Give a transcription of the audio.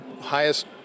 highest